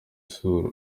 sura